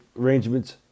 arrangements